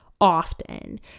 often